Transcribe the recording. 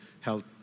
health